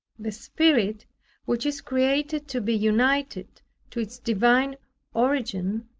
the spirit which is created to be united to its divine origin,